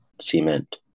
cement